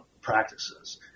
practices